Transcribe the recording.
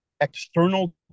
external